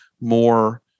more